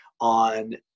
on